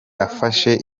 afashe